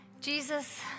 Jesus